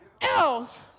else